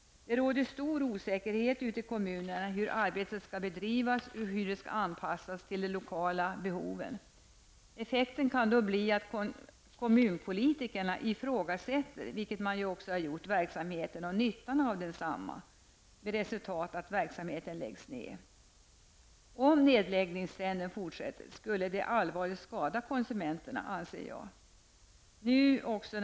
Det råder stor osäkerhet ute i kommunerna om hur arbetet skall bedrivas och hur det skall anpassas till de lokala behoven. Effekten kan då bli att kommunpolitikerna ifrågasätter -- vilket man har gjort -- verksamheten och nyttan av densamma med resultatet att verksamheten läggs ned. Det skulle allvarligt skada konsumenterna om nedläggningstrenden fortsätter.